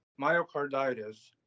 myocarditis